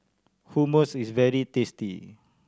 hummus is very tasty